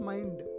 Mind